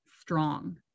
strong